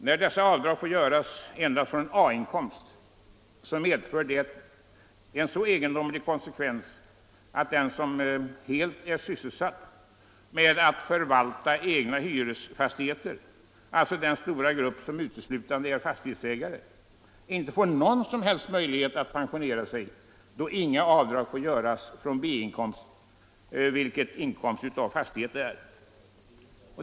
När dessa avdrag får göras endast från A-inkomst, medför det en så egendomlig konsekvens att den som är helt sysselsatt med att förvalta egna hyresfastigheter, alltså den stora grupp som uteslutande är fastighetsägare, inte får någon möjlighet att pensionera sig. Inga avdrag får ju göras från B-inkomst, vilket inkomst av fastighet är.